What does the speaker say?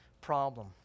problem